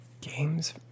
Games